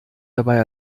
dabei